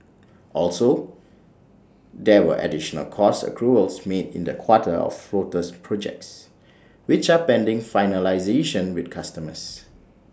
also there were additional cost accruals made in the quarter for floater projects which are pending finalisation with customers